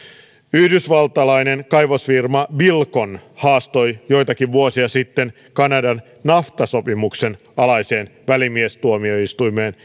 yhdysvaltalainen kaivosfirma bilcon haastoi joitakin vuosia sitten kanadan nafta sopimuksen alaiseen välimiestuomioistuimeen